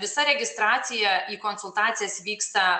visa registracija į konsultacijas vyksta